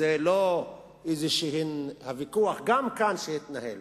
גם הוויכוח שהתנהל